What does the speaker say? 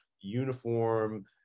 uniform